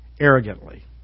arrogantly